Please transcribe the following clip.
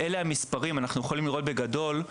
אלה המספרים - אנחנו יכולים לראות בגדול,